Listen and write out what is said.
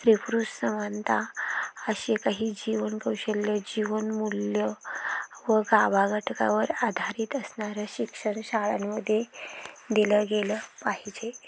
स्त्री पुरुष समानता असे काही जीवन कौशल्य जीवनमूल्य व गावाघटकावर आधारित असणाऱ्या शिक्षण शाळांमध्ये दिलं गेलं पाहिजे